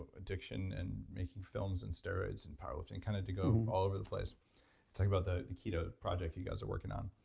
ah addiction and making films and steroids and power lifting, kind of to go all over the place talk about the the keto project you guys are working on.